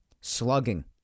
Slugging